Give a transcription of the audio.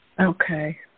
Okay